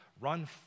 run